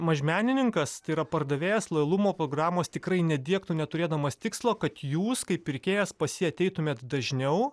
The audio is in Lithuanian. mažmenininkas tai yra pardavėjas lojalumo programos tikrai nediegtų neturėdamas tikslo kad jūs kaip pirkėjas pas jį ateitumėt dažniau